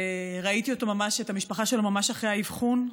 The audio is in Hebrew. ראיתי אותו, את המשפחה שלו ממש אחרי האבחון.